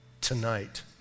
tonight